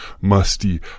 musty